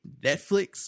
Netflix